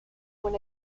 when